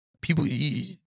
people